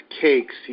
cakes